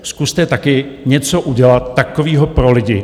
Zkuste taky něco udělat takového pro lidi.